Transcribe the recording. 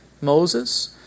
Moses